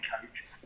coach